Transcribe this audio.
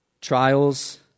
trials